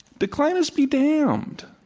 declinists be damned.